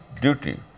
duty